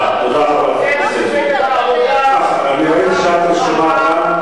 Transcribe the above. תודה, תודה, חברת הכנסת וילף.